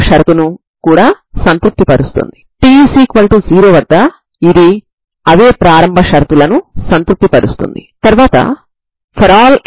మరలా ఈ సిస్టం ను మీరు మాత్రిక రూపంలో అంటే cos μa sin μa cos μb sin μb c1 c2 0 0 రూపంలో వ్రాయవచ్చు సరేనా